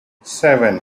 seven